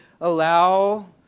allow